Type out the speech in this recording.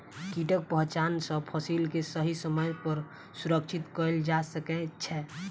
कीटक पहचान सॅ फसिल के सही समय पर सुरक्षित कयल जा सकै छै